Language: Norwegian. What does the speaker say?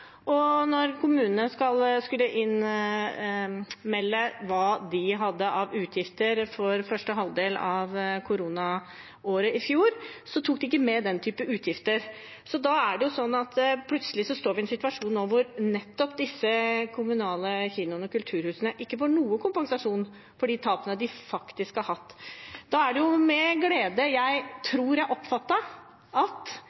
skulle innmelde hva de hadde av utgifter første halvdel av koronaåret i fjor, tok de ikke med den type utgifter. Da står vi nå plutselig i en situasjon der nettopp disse kommunale kinoene og kulturhusene ikke får noe kompensasjon for de tapene de faktisk har hatt. Da er det med glede jeg tror jeg oppfattet at